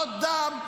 עוד דם.